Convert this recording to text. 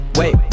wait